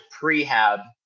prehab